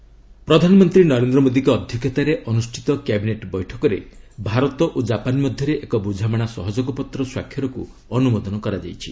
cabinet ପ୍ରଧାନମନ୍ତ୍ରୀ ନରେନ୍ଦ୍ର ମୋଦିଙ୍କ ଅଧ୍ୟକ୍ଷତାରେ ଅନୁଷ୍ଠିତ କ୍ୟାବିନେଟ୍ ବୈଠକରେ ଭାରତ ଓ ଜାପାନ୍ ମଧ୍ୟରେ ଏକ ବୁଝାମଣା ସହଯୋଗ ପତ୍ର ସ୍ୱାକ୍ଷରକୁ ଅନୁମୋଦନ କରାଯାଇଛି